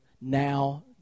now